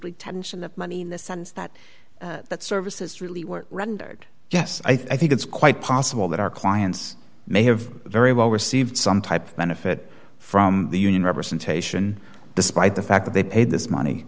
detention the money in the sense that that services really were rendered yes i think it's quite possible that our clients may have very well received some type of benefit from the union representation despite the fact that they paid this money